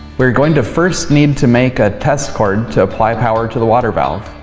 we are going to first need to make a test cord to apply power to the water valve.